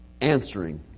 Answering